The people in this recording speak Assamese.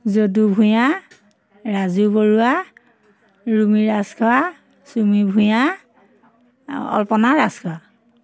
যদু ভূঞা ৰাজু বৰুৱা ৰুমি ৰাজখোৱা চুমি ভূঞা অল্পনা ৰাজখোৱা